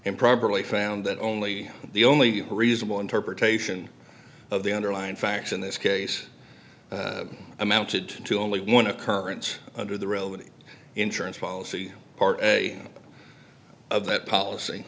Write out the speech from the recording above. improperly found that only the only reasonable interpretation of the underlying facts in this case amounted to only one occurrence under the relevant insurance policy part of that policy